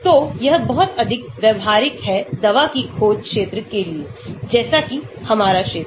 तो यह बहुत अधिक व्यावहारिक है दवा की खोज क्षेत्र के लिए जैसा कि हमारा क्षेत्र